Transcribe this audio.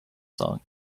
song